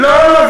לא, לא.